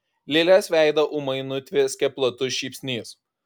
lilės veidą ūmai nutvieskė platus šypsnys